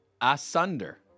Asunder